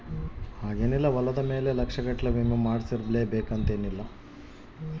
ಹೊಲದ ಮೇಲೆ ಲಕ್ಷ ಗಟ್ಲೇ ವಿಮೆ ಮಾಡ್ಸಿರ್ತಾರ